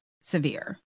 severe